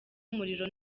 umuriro